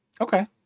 Okay